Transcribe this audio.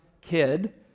kid